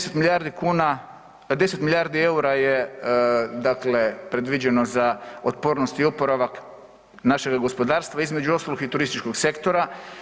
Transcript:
10 milijardi kuna, 10 milijardi EUR-a je dakle predviđeno za otpornost i oporavak našega gospodarstva, između ostaloga i turističkog sektora.